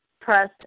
press